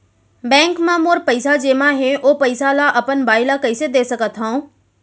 Bank म मोर पइसा जेमा हे, ओ पइसा ला अपन बाई ला कइसे दे सकत हव?